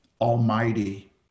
almighty